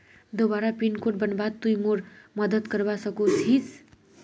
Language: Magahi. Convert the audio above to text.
दोबारा पिन कोड बनवात तुई मोर मदद करवा सकोहिस?